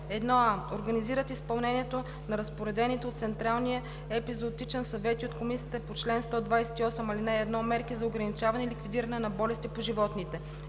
„1а. организират изпълнението на разпоредените от Централния епизоотичен съвет и от комисиите по чл. 128, ал. 1 мерки за ограничаване и ликвидиране на болести по животните;